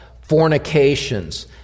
fornications